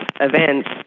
events